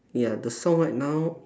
ya the song right now